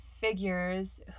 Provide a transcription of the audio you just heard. figures